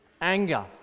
anger